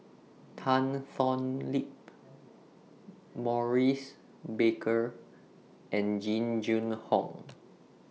Tan Thoon Lip Maurice Baker and Jing Jun Hong